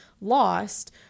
lost